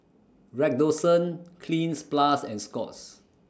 Redoxon Cleanz Plus and Scott's